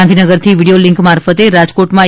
ગાંધીનગરથી video link મારફતે રાજકોટમાં રૂ